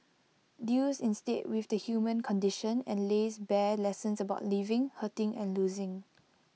deals instead with the human condition and lays bare lessons about living hurting and losing